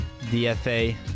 DFA